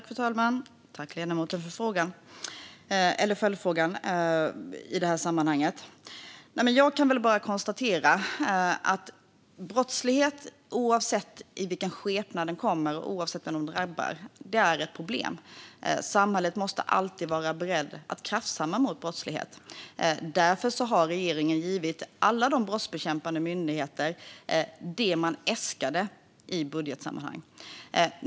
Fru talman! Tack, ledamoten, för följdfrågan! Jag kan bara konstatera att brottslighet, oavsett i vilken skepnad den kommer och oavsett vem den drabbar, är ett problem. Samhället måste alltid vara berett att kraftsamla mot brottslighet. Därför har regeringen givit alla brottsbekämpande myndigheter det de äskade i budgetsammanhang.